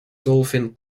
dolphin